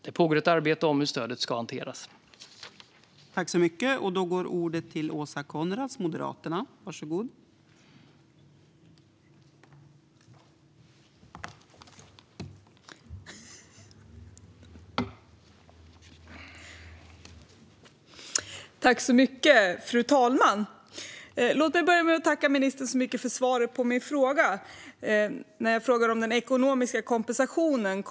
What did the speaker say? Det pågår ett arbete om hur stödet ska hanteras.